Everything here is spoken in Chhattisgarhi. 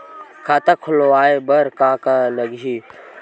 खाता खुलवाय बर का का लगही?